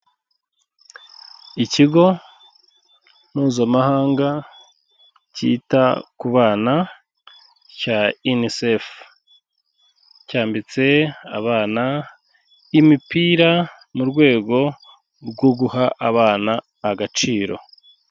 Ikigo Mpuzamahanga cyita ku bana cya UNICEF, cyambitse abana imipira mu rwego rwo guha abana agaciro.